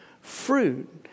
fruit